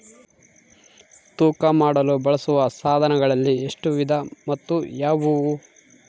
ತೂಕ ಮಾಡಲು ಬಳಸುವ ಸಾಧನಗಳಲ್ಲಿ ಎಷ್ಟು ವಿಧ ಮತ್ತು ಯಾವುವು?